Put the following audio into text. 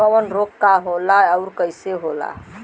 कवक रोग का होला अउर कईसन होला?